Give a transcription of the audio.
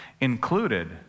included